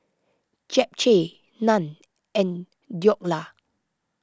Japchae Naan and Dhokla